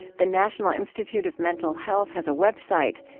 the national institute of mental health has a website,